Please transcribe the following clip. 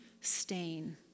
stain